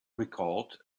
recalled